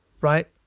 right